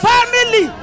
Family